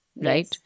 right